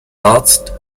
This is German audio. arzt